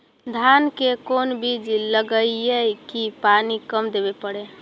धान के कोन बिज लगईऐ कि पानी कम देवे पड़े?